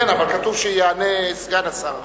כן, אבל כתוב שיענה סגן שר החוץ.